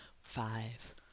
Five